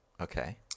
Okay